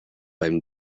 beim